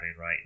right